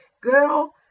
girl